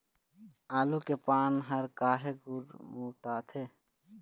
आलू के पान हर काहे गुरमुटाथे?